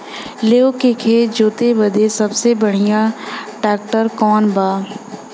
लेव के खेत जोते बदे सबसे बढ़ियां ट्रैक्टर कवन बा?